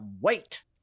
wait